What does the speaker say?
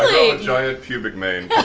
giant pubic mane